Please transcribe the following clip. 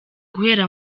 guhera